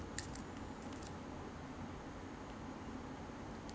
the whole building have to have cannot cannot come back office already